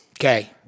okay